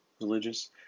religious